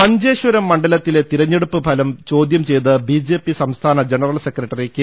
മഞ്ചേശ്വരം മണ്ഡലത്തിലെ തെരഞ്ഞെടുപ്പ് ഫലം ചോദൃംചെയ്ത് ബിജെപി സംസ്ഥാന ജനറൽ സെക്രട്ടറി കെ